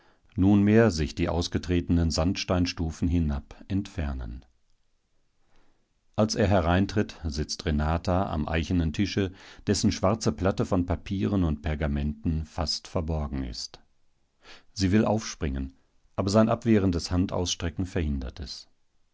nunmehr sich die ausgetretenen sandsteinstufen hinab entfernen als er hereintritt sitzt renata am eichenen tische dessen schwarze platte von papieren und pergamenten fast verborgen ist sie will aufspringen aber sein abwehrendes handausstrecken verhindert es